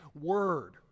word